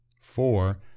Four